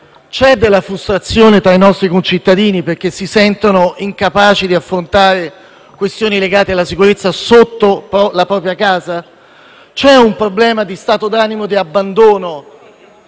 C'è della frustrazione tra i nostri concittadini perché si sentono incapaci di affrontare questioni legate alla sicurezza sotto la propria casa? C'è un problema legato ad uno stato d'animo di abbandono